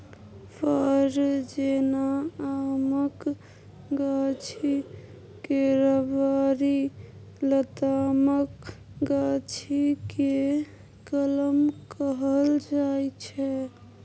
फर जेना आमक गाछी, केराबारी, लतामक गाछी केँ कलम कहल जाइ छै